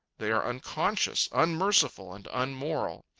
they are unconscious, unmerciful, and unmoral.